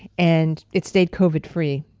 and it stayed covid free.